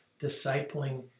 discipling